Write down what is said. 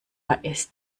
ist